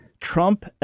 Trump